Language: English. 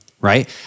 Right